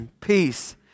Peace